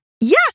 Yes